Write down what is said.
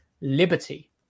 liberty